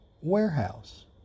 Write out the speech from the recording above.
warehouse